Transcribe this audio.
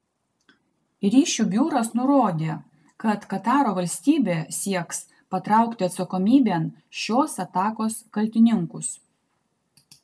ryšių biuras nurodė kad kataro valstybė sieks patraukti atsakomybėn šios atakos kaltininkus